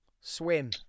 swim